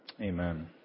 Amen